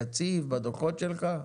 יציב בדוחות שלך?